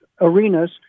arenas